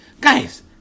Guys